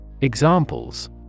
Examples